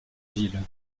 ville